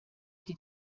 die